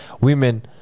women